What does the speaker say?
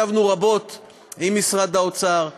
ישבנו רבות עם משרד האוצר,